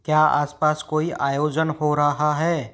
क्या आस पास कोई आयोजन हो रहा है